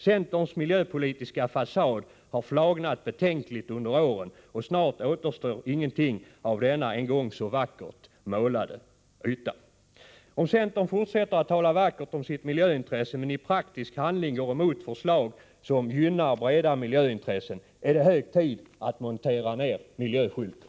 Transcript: Centerns miljöpolitiska fasad har flagnat betänkligt under åren, och snart återstår ingenting av denna en gång så vackert målade yta. Om centern fortsätter att tala vackert om sitt miljöintresse men i praktisk handling går emot förslag som gynnar breda miljöintressen är det hög tid att montera ned miljöskylten.